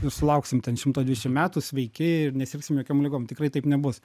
ir sulauksim ten šimto dvidešim metų sveiki ir nesirgsim jokiom ligom tikrai taip nebus